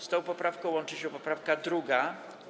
Z tą poprawką łączy się poprawka 2.